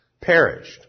perished